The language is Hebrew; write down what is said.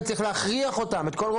אתה צריך להכריח כל רופא.